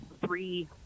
three